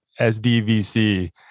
SDVC